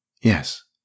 yes